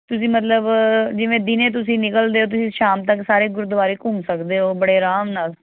ਤੁਸੀਂ ਮਤਲਬ ਜਿਵੇਂ ਦਿਨੇ ਤੁਸੀਂ ਨਿਕਲਦੇ ਹੋ ਤੁਸੀਂ ਸ਼ਾਮ ਤੱਕ ਸਾਰੇ ਗੁਰਦੁਆਰੇ ਘੁੰਮ ਸਕਦੇ ਹੋ ਬੜੇ ਆਰਾਮ ਨਾਲ